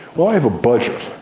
well, i have a budget.